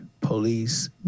police